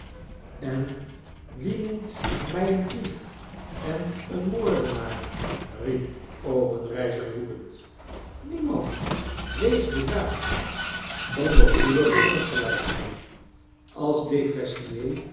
en wie noemt my een dief en een moordenaar riep obenreizer woedend memand wees bedaard onder uwe verongelykingen als